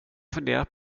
funderat